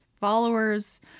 followers